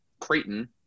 Creighton